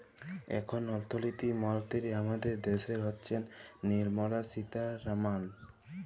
এখল অথ্থলিতি মলতিরি আমাদের দ্যাশের হচ্ছেল লির্মলা সীতারামাল